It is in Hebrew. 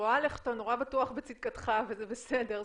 רואה שאתה נורא בטוח בצדקתך, וזה בסדר.